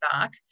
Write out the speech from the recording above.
back